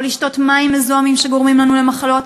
או לשתות מים מזוהמים שגורמים לנו למחלות.